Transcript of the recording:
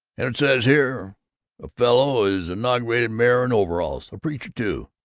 and it says here a fellow was inaugurated mayor in overalls a preacher, too!